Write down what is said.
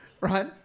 right